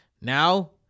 Now